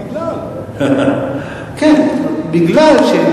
כן, בגלל.